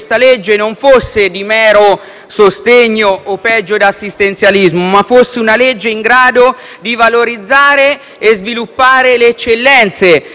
sostegno o peggio, di assistenzialismo, ma fosse in grado di valorizzare e sviluppare le eccellenze delle isole.